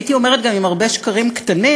הייתי אומרת גם עם הרבה שקרים קטנים,